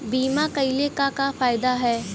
बीमा कइले का का फायदा ह?